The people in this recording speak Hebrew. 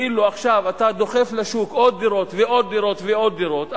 עכשיו אתה דוחף לשוק עוד דירות ועוד דירות ועוד דירות,